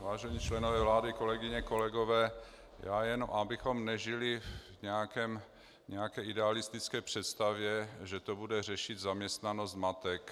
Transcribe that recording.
Vážení členové vlády, kolegyně, kolegové, já jen abychom nežili v nějaké idealistické představě, že to bude řešit zaměstnanost matek.